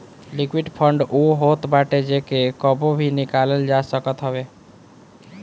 liquid fund उ होत बाटे जेके कबो भी निकालल जा सकत हवे